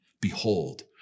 Behold